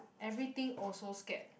everything also scared